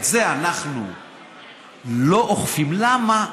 את זה אנחנו לא אוכפים, למה?